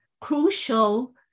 crucial